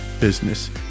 business